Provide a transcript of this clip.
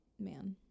Man